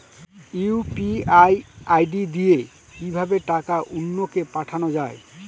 UPI ID দিয়ে কিভাবে টাকা অন্য কে পাঠানো যায়?